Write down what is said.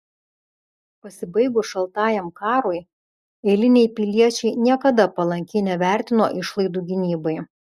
pasibaigus šaltajam karui eiliniai piliečiai niekada palankiai nevertino išlaidų gynybai